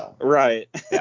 Right